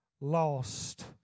lost